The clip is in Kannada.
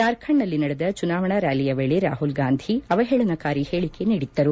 ಜಾರ್ಖಂಡ್ನಲ್ಲಿ ನಡೆದ ಚುನಾವಣಾ ರ್್ಯಾಲಿಯ ವೇಳೆ ರಾಹುಲ್ಗಾಂಧಿ ಅವಹೇಳನಕಾರಿ ಹೇಳಿಕೆ ನೀಡಿದ್ದರು